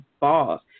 boss